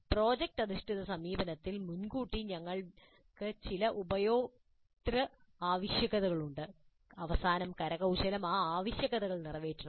project അധിഷ്ഠിത സമീപനത്തിൽ മുൻകൂട്ടി ഞങ്ങൾക്ക് ചില ഉപയോക്തൃ ആവശ്യകതകളുണ്ട് അവസാനം കരകൌശലം ആ ആവശ്യകതകൾ നിറവേറ്റണം